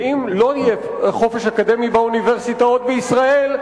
ואם לא יהיה חופש אקדמי באוניברסיטאות בישראל,